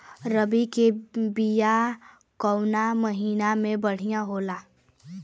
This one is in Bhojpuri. रबी के बिया कवना महीना मे बढ़ियां होला?